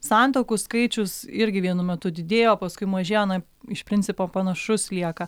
santuokų skaičius irgi vienu metu didėjo paskui mažėjo na iš principo panašus lieka